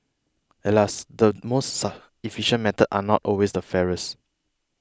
alas the most efficient methods are not always the fairest